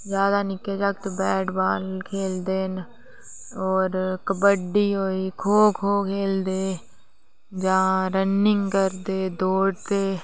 ज्यादा निके जगत वेट वाल खेलदे ना ओर कबड्डी होई गयी खो खो खेलदे जां रनिंग करदे दोडदे